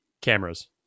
cameras